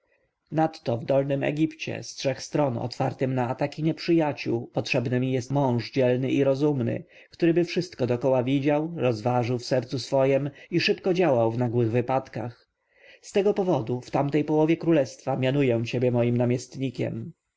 nadto w dolnym egipcie z trzech stron otwartym na ataki nieprzyjaciół potrzebny mi jest mąż dzielny i rozumny któryby wszystko dokoła widział rozważył w sercu swojem i szybko działał w nagłych wypadkach z tego powodu w tamtej połowie królestwa ciebie mianuję moim namiestnikiem